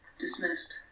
Dismissed